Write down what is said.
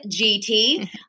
GT